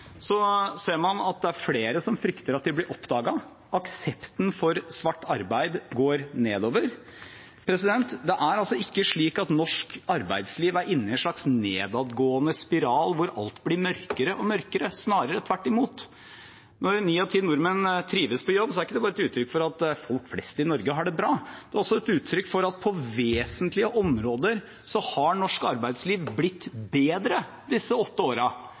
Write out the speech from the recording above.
går nedover. Det er altså ikke slik at norsk arbeidsliv er inne i en slags nedadgående spiral hvor alt bli mørkere og mørkere, snarere tvert imot. Når ni av ti nordmenn trives på jobb, er ikke det bare et uttrykk for at folk flest i Norge har det bra. Det er også et uttrykk for at på vesentlige områder har norsk arbeidsliv blitt bedre disse åtte